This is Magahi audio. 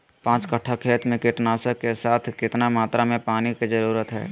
पांच कट्ठा खेत में कीटनाशक के साथ कितना मात्रा में पानी के जरूरत है?